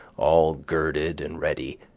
all girded and ready,